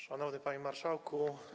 Szanowny Panie Marszałku!